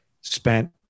spent